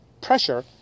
pressure